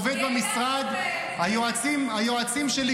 היועצים שלי,